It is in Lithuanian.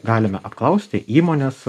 galime apklausti įmones